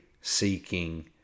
seeking